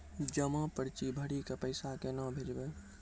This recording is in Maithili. जमा पर्ची भरी के पैसा केना भेजबे?